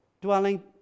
dwelling